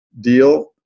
deal